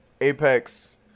apex